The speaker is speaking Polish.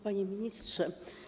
Panie Ministrze!